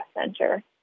Center